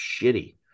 shitty